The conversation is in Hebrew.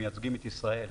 מייצגים את ישראל,